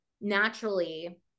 naturally